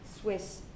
Swiss